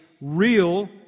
real